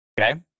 Okay